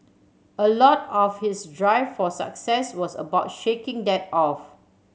a lot of his drive for success was about shaking that off